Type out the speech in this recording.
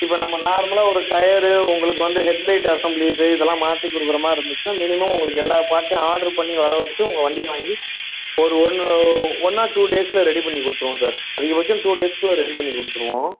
இப்போ நம்ப நார்மலாக ஒரு டயர் உங்களுக்கு வந்து ஹெட்லைட் அசம்பிலீஸ் இதெல்லாம் மாற்றி கொடுக்குற மாதிரி இருந்துச்சுன்னா மினிமம் உங்களுக்கு எல்லாம் பார்ட்ஸும் ஆர்டர் பண்ணி வரவச்சுட்டு உங்கள் வண்டியை வாங்கி ஒரு ஒன் ஒன் ஆர் டூ டேஸில் ரெடி பண்ணி கொடுத்துடுவோம் சார் அதிகபட்சம் டூ டேஸ்க்குள்ளே ரெடி பண்ணி கொடுத்துடுவோம்